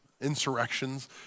insurrections